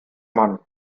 mann